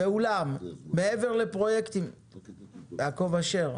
"ואולם, מעבר לפרויקטים לקידום תחבורת אופניים